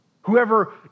Whoever